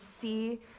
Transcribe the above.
see